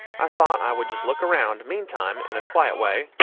i thought i would just look around, meantime, in a quiet way,